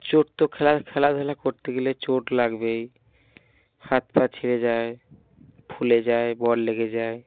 চোট তো খেলা খেলাধুলা করতে গেলে চোট লাগবেই হাত পা ছড়ে যায় ফুলে যায় বল লেগে যায়